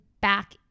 back